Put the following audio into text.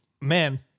Man